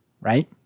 right